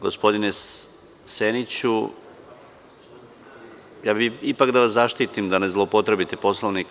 Gospodine Seniću, ja bih ipak da vas zaštitim da ne zloupotrebite Poslovnik.